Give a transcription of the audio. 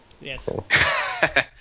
Yes